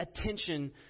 attention